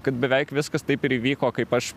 kad beveik viskas taip ir įvyko kaip aš